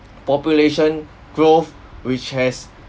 population growth which has